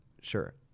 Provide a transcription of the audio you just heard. Sure